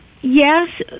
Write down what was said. Yes